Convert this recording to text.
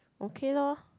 okay loh